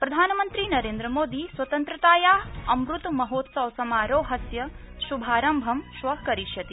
प्रधानमंत्री नरेन्द्र मोदी स्वतन्द्रताया अमृत महोत्सव समारोहस्य श्भारम्भं श्व करिष्यति